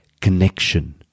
connection